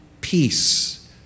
Peace